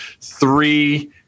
three